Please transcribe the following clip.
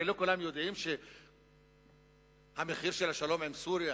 האם לא כולם יודעים שמחיר השלום עם סוריה